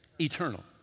eternal